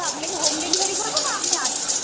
আমরা কি home delivery করবো না আপনি আসবেন